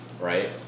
right